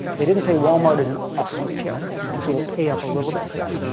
he didn't say walmart is an awesome retailer and so we'll pay up a little bit for that,